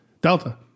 Delta